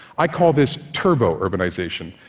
i call this turbo-urbanization,